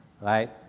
right